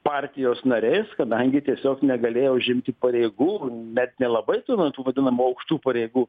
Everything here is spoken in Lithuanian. partijos nariais kadangi tiesiog negalėjo užimti pareigų net nelabai tų na tų vadinamų aukštų pareigų